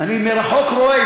אני מרחוק רואה,